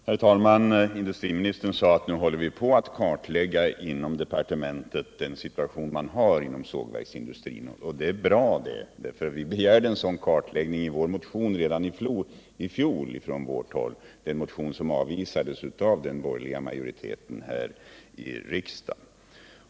Herr talman! Industriministern sade att man nu inom departementet håller på att kartlägga situationen för sågverksindustrin. Det är bra, för vi begärde en kartläggning redan i fjol i vår motion som avvisades av den borgerliga majoriteten i riksdagen.